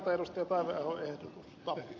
räsäsen tekemää ehdotusta